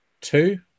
two